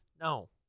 No